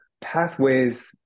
pathways